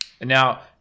Now